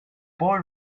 boy